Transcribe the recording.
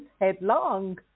headlong